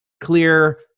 clear